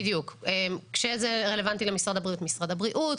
כשזה רלוונטי למשרד הבריאות משרד הבריאות.